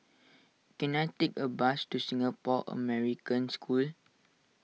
can I take a bus to Singapore American School